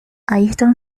ayrton